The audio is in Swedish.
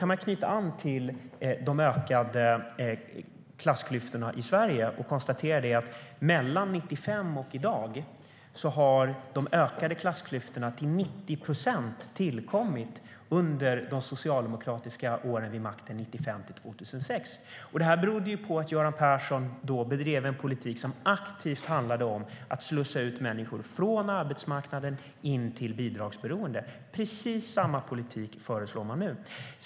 Man kan knyta an till de ökade klassklyftorna i Sverige och konstatera att mellan 1995 och i dag har de ökade klyftorna till 90 procent tillkommit under de socialdemokratiska åren vid makten, 1995-2006. Det berodde på att Göran Persson då bedrev en politik som aktivt handlade om att slussa ut människor från arbetsmarknaden till bidragsberoende. Precis samma politik föreslår man nu.